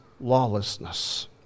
lawlessness